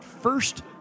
first